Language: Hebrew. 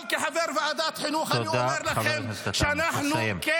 אבל כחבר ועדת חינוך אני אומר לכם שאנחנו כן